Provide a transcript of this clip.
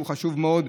שהוא חשוב מאוד,